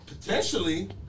potentially